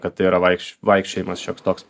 kad tai yra vaikš vaikščiojimas šioks toks